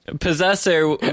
Possessor